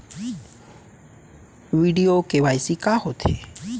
video KYC का होथे